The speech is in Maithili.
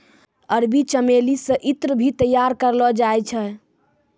अरबी चमेली से ईत्र भी तैयार करलो जाय छै